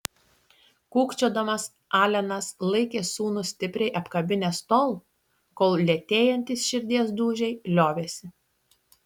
kūkčiodamas alenas laikė sūnų stipriai apkabinęs tol kol lėtėjantys širdies dūžiai liovėsi